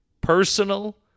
personal